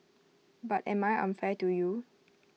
but am I unfair to you